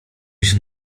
się